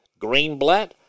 Greenblatt